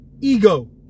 ego